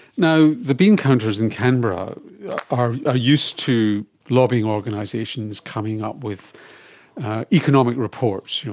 now, the bean counters in canberra are ah used to lobby organisations coming up with economic reports, yeah